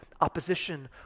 opposition